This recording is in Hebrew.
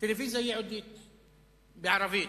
טלוויזיה ייעודית בערבית,